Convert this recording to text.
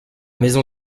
maison